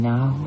Now